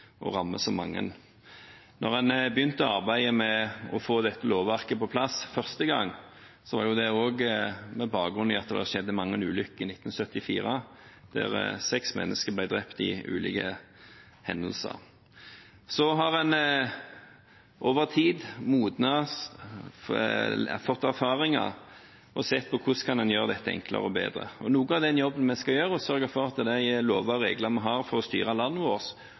og rammer så mange. Da en begynte å arbeide med å få dette lovverket på plass første gang, var det også med bakgrunn i at det skjedde mange ulykker i 1974, da seks mennesker ble drept i ulike hendelser. En har over tid modnet, fått erfaringer og sett på hvordan en kan gjøre dette enklere og bedre. Noe av den jobben vi skal gjøre, er å sørge for at de lover og regler vi har for å styre landet